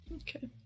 Okay